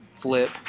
flip